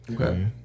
Okay